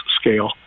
scale